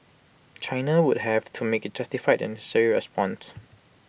China would have to make A justified and necessary response